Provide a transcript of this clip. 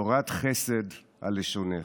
תורת חסד על לשונך.